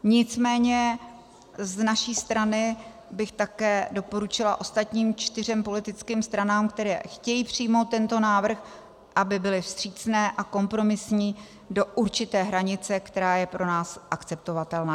Nicméně z naší strany bych také doporučila ostatním čtyřem politickým stranám, které chtějí přijmout tento návrh, aby byly vstřícné a kompromisní do určité hranice, která je pro nás akceptovatelná.